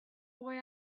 boy